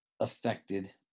affected